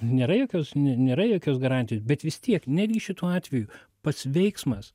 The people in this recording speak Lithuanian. nėra jokios nėra jokios garantijos bet vis tiek netgi šituo atveju pats veiksmas